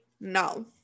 No